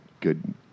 good